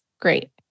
great